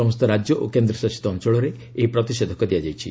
ସମସ୍ତ ରାଜ୍ୟ ଓ କେନ୍ଦ୍ରଶାସିତ ଅଞ୍ଚଳରେ ଏହି ପ୍ରତିଷେଧକ ଦିଆଯାଇଛି